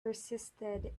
persisted